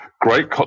great